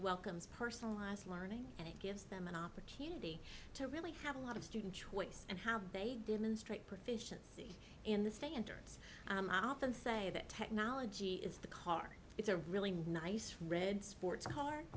welcomes personalized learning and it gives them an opportunity to really have a lot of student choice and how they didn't strike proficiency in the standards and say that technology is the car it's a really nice red sports car